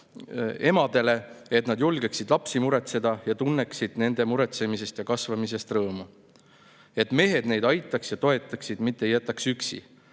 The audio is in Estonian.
emadele, et nad julgeksid lapsi muretseda ja tunneksid nende muretsemisest ja kasvatamisest rõõmu. Et mehed neid aitaksid ja toetaksid, mitte ei jätaks üksi,